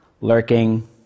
Lurking